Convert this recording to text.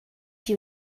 you